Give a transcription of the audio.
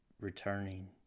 returning